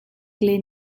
len